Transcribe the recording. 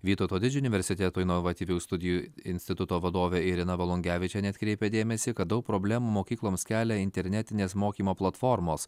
vytauto didžiojo universiteto inovatyvių studijų instituto vadovė irena volungevičienė atkreipia dėmesį kad daug problemų mokykloms kelia internetinės mokymo platformos